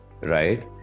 right